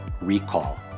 recall